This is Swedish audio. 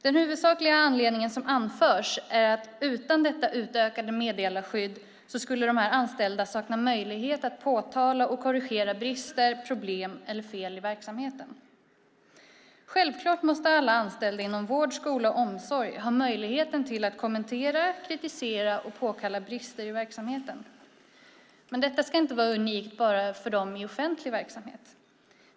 Den huvudsakliga anledning som anförs är att utan detta utökade meddelarskydd skulle dessa anställda sakna möjlighet att påtala och korrigera brister, problem eller fel i verksamheten. Självklart måste alla anställda inom vård, skola och omsorg ha möjligheten till att kommentera, kritisera och påkalla brister i verksamheten. Detta ska inte vara unikt bara för dem inom offentlig verksamhet.